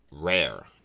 rare